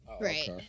Right